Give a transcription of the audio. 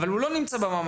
אבל הוא לא נמצא בממ"ח,